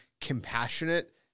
compassionate